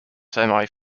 semi